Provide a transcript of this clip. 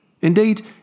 Indeed